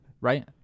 right